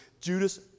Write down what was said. Judas